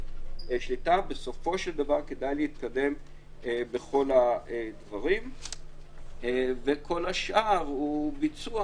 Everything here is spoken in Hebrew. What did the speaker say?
בסופו של דבר כדאי להתקדם בכל הדברים וכל השאר הוא ביצוע